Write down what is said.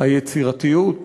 היצירתיות,